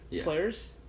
players